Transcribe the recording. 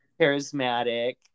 charismatic